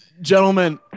gentlemen